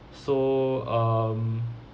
so um